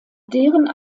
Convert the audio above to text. deren